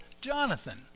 Jonathan